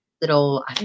little